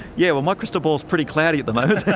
yeah well, my crystal ball is pretty cloudy at the moment!